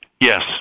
Yes